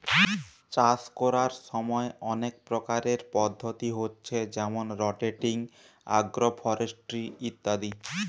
চাষ কোরার সময় অনেক প্রকারের পদ্ধতি হচ্ছে যেমন রটেটিং, আগ্রফরেস্ট্রি ইত্যাদি